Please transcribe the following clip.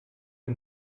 the